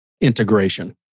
integration